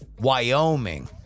Wyoming